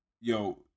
yo